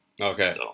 Okay